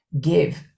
give